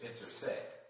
intersect